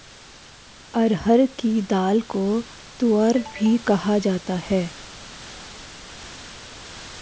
अरहर की दाल को तूअर भी कहा जाता है